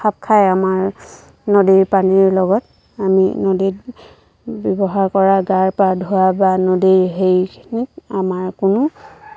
খাপ খায় আমাৰ নদীৰ পানীৰ লগত আমি নদীত ব্যৱহাৰ কৰা গা পা ধোৱা বা নদীৰ সেইখিনিত আমাৰ কোনো